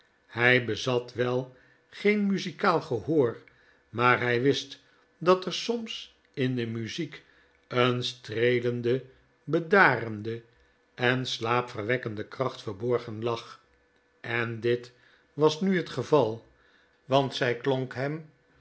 hij bezat wel geen muzikaal gehoor maar hiji wist dat er soms in de muziek een streelende bedarende en slaapverwekkende kracht verborgen lag en dit was nu het geval want zij klonk hem